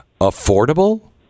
affordable